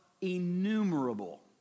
innumerable